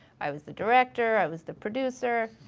i was the director, i was the producer.